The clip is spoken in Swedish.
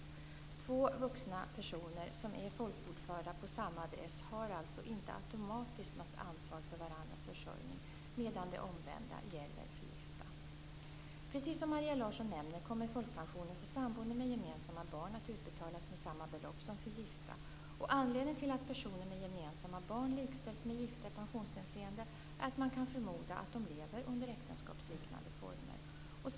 Två vuxna personer som är folkbokförda på samma adress har alltså inte automatiskt något ansvar för varandras försörjning, medan det omvända gäller för gifta. Precis som Maria Larsson nämner kommer folkpensionen för samboende med gemensamma barn att utbetalas med samma belopp som för gifta. Anledningen till att personer med gemensamma barn likställs med gifta i pensionshänseende är att man kan förmoda att de lever under äktenskapsliknande former.